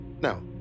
Now